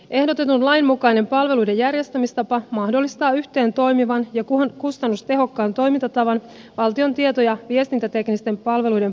ehdotetun lain mukainen palveluiden järjestämistapa mahdollistaa yhteentoimivan ja kustannustehokkaan toimintatavan valtion tieto ja viestintäteknisten palveluiden palvelutuotannossa